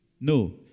No